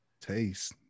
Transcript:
Taste